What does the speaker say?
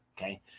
okay